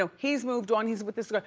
ah he's moved on, he's with this girl.